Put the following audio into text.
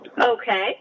Okay